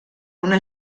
una